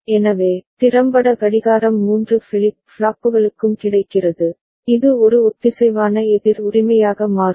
எனவே திறம்பட கடிகாரம் மூன்று ஃபிளிப் ஃப்ளாப்புகளுக்கும் கிடைக்கிறது இது ஒரு ஒத்திசைவான எதிர் உரிமையாக மாறும்